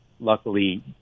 luckily